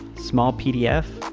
small pdf,